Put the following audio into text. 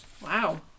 Wow